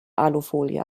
alufolie